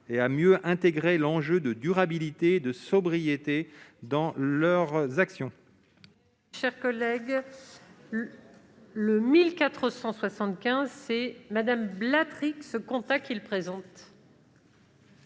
et à mieux intégrer l'enjeu de durabilité des produits et de sobriété dans leurs actions.